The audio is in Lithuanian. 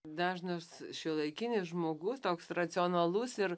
dažnas šiuolaikinis žmogus toks racionalus ir